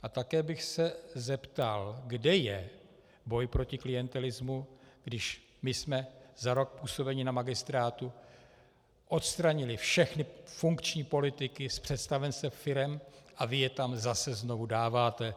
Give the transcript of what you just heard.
A také bych se zeptal, kde je boj proti klientelismu, když my jsme za rok působení na magistrátu odstranili všechny funkční politiky z představenstev firem a vy je tam zase znovu dáváte.